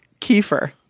Kiefer